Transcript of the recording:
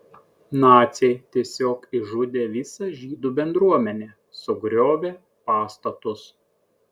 naciai tiesiog išžudė visą žydų bendruomenę sugriovė pastatus